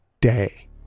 day